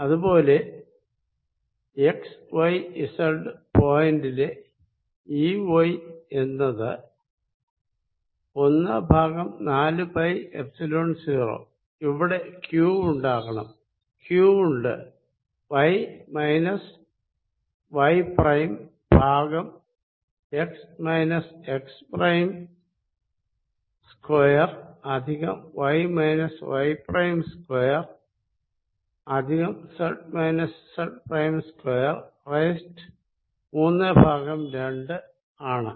അത് പോലെ x y z point ലെ ഈവൈ എന്നത് ഒന്ന് ഭാഗം നാലു പൈ എപ്സിലോൺ 0 ഇവിടെ ക്യൂ ഉണ്ടാകണം ക്യൂ ഉണ്ട് വൈ മൈന സ്വൈ പ്രൈം ഭാഗം x minus x prime square plus y minus y prime square plus z minus z prime square raised മൂന്ന് ഭാഗം രണ്ട് ആണ്